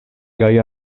kaj